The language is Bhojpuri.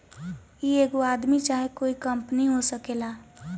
ई एगो आदमी चाहे कोइ कंपनी हो सकेला